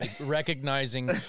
recognizing